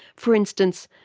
for instance,